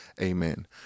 amen